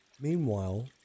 Meanwhile